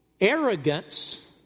Arrogance